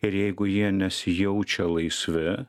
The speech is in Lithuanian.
ir jeigu jie nesijaučia laisvi